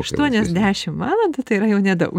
aštuonios dešim valandų tai yra jau nedaug